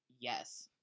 yes